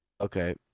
Okay